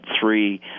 three